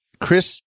Chris